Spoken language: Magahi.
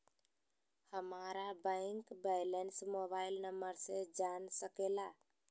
हमारा बैंक बैलेंस मोबाइल नंबर से जान सके ला?